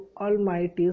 Almighty